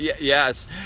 Yes